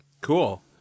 Cool